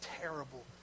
terrible